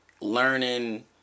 learning